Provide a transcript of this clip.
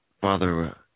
Father